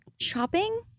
Shopping